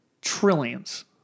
trillions